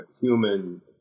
human